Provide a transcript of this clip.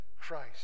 Christ